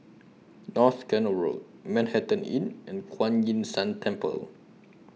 North Canal Road Manhattan Inn and Kuan Yin San Temple